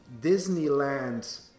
Disneyland